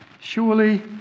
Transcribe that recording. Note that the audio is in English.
Surely